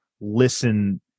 listen